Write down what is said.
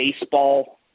baseball